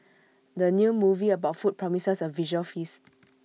the new movie about food promises A visual feast